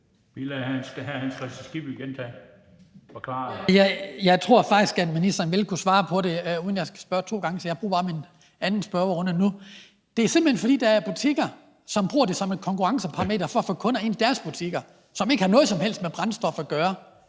Kl. 13:37 Hans Kristian Skibby (DF): Jeg tror faktisk, at ministeren vil kunne svare på det, uden at jeg skal spørge to gange. Så jeg bruger bare min anden spørgerunde nu. Det er simpelt hen, fordi der er butikker, som bruger det som et konkurrenceparameter for at få kunder ind i deres butikker, som ikke har noget som helst med brændstof at gøre.